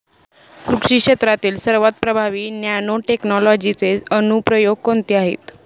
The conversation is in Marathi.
कृषी क्षेत्रातील सर्वात प्रभावी नॅनोटेक्नॉलॉजीचे अनुप्रयोग कोणते आहेत?